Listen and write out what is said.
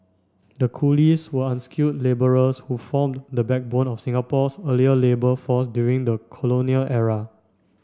the coolies were unskilled labourers who formed the backbone of Singapore's earlier labour force during the colonial era